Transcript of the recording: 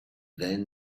then